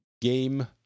game